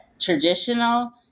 traditional